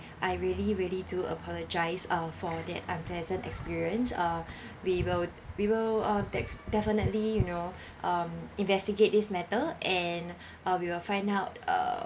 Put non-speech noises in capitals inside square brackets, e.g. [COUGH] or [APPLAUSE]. I really really do apologise uh for that unpleasant experience uh [BREATH] we will we will uh de~ definitely you know [BREATH] um investigate this matter and uh we will find out err